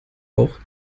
auch